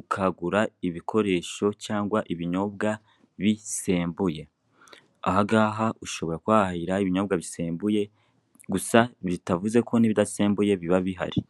ukagura ibikoresho cyangwa ibinyobwa bisembuye, aha ngaha ushobora kuba wahahahira ibinyobwa bisembuye gusa bitavuzeko n'ibidasembuye biba bihari.